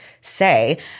say